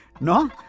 No